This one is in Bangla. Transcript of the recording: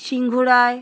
সিংহ রায়